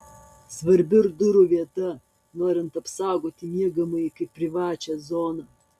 svarbi ir durų vieta norint apsaugoti miegamąjį kaip privačią zoną